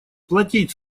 платить